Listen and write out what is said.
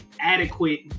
Adequate